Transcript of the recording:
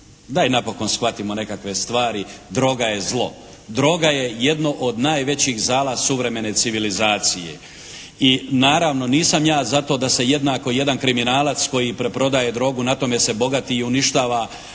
daj napokon shvatimo nekakve stvari. Droga je zlo. Droga je jedno od najvećih zala suvremene civilizacije. I naravno nisam ja za to da se jednako jedan kriminalac koji preprodaje drogu, na tome se bogati i uništava